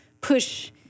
push